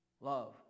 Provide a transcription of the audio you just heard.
love